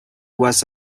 was